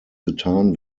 getan